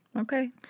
Okay